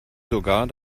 sogar